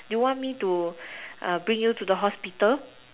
do you want me to bring you to the hospital